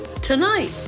Tonight